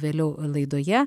vėliau laidoje